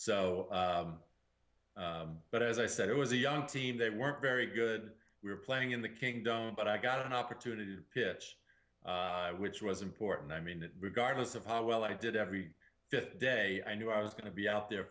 so but as i said it was a young team they weren't very good we were playing in the kingdom but i got an opportunity to pitch which was important i mean regardless of how well i did every day i knew i was going to be out there